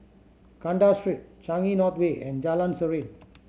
Kandahar Street Changi North Way and Jalan Serene